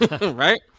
right